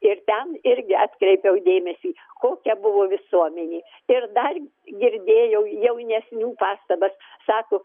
ir ten irgi atkreipiau dėmesį kokia buvo visuomenė ir dar girdėjau jaunesnių pastabas sako